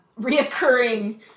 reoccurring